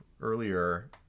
earlier